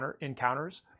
encounters